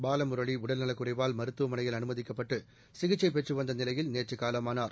பாலமுரளி உடல்நலக் குறைவால் மருத்துவமனையில் அனுமதிக்கப்பட்டு சிகிச்சை பெற்றுவந்த நிலையில் நேற்று காலமானார்